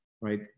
right